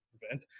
event